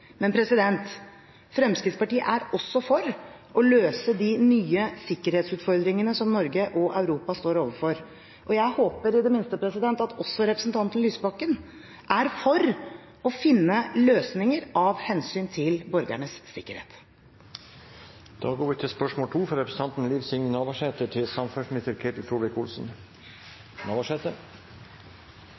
Men Fremskrittspartiet er også for å løse de nye sikkerhetsutfordringene som Norge og Europa står overfor. Jeg håper i det minste at også representanten Lysbakken er for å finne løsninger av hensyn til borgernes